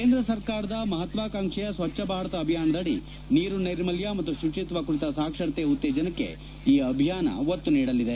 ಕೇಂದ್ರ ಸರ್ಕಾರದ ಮಹತ್ವಾಕಾಂಕ್ಷೆಯ ಸ್ವಚ್ದ ಭಾರತ ಅಭಿಯಾನದಡಿ ನೀರು ನೈರ್ಮಲ್ಯ ಮತ್ತು ಶುಚಿತ್ವ ಕುರಿತ ಸಾಕ್ಷರತೆ ಉತ್ತೇಜನಕ್ಕೆ ಈ ಅಭಿಯಾನ ಒತ್ತು ನೀಡಲಿದೆ